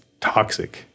toxic